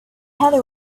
heather